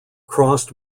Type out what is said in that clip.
crossed